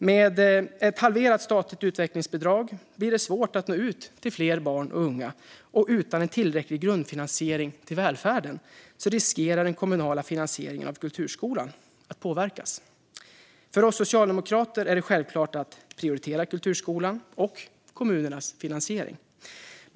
Med ett halverat statligt utvecklingsbidrag blir det svårt att nå ut till fler barn och unga, och utan en tillräcklig grundfinansiering till välfärden riskerar den kommunala finansieringen av kulturskolan att påverkas. För oss socialdemokrater är det självklart att prioritera kulturskolan och kommunernas finansiering.